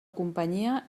companyia